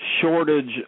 shortage